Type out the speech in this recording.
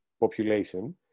population